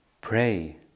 pray